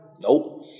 Nope